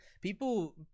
People